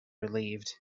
relieved